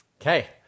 Okay